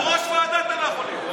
יושב-ראש ועדה אתה לא יכול להיות.